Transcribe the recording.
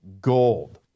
gold